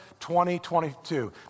2022